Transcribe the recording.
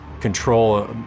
control